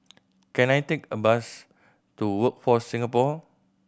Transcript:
can I take a bus to Workforce Singapore